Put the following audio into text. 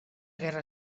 guerra